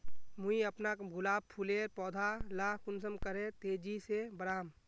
मुई अपना गुलाब फूलेर पौधा ला कुंसम करे तेजी से बढ़ाम?